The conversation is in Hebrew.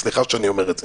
סליחה שאני אומר את זה.